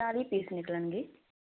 ਚਾਲੀ ਪੀਸ ਨਿਕਲਣਗੇ